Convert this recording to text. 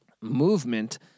movement